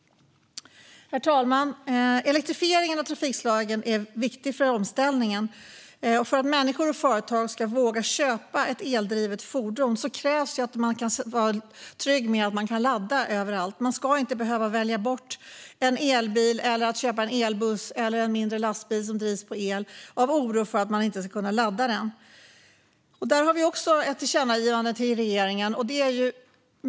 Herr talman! Elektrifieringen av trafikslagen är viktig för omställningen. För att människor och företag ska våga köpa ett eldrivet fordon krävs att de kan känna sig trygga med att de kan ladda överallt. Man ska inte behöva välja bort att köpa en elbil, elbuss eller mindre lastbil som drivs av el av oro för att inte kunna ladda den. Här har vi också ett förslag om ett tillkännagivande till regeringen.